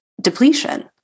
depletion